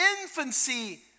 infancy